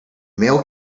male